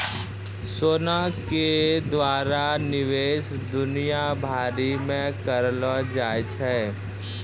सोना के द्वारा निवेश दुनिया भरि मे करलो जाय छै